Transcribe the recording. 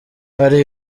hari